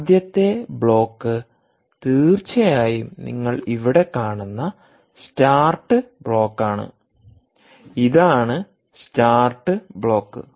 ആദ്യത്തെ ബ്ലോക്ക് തീർച്ചയായും നിങ്ങൾ ഇവിടെ കാണുന്ന സ്റ്റാർട്ട് ബ്ലോക്കാണ് ഇതാണ് സ്റ്റാർട്ട് ബ്ലോക്ക്